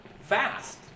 fast